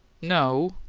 no.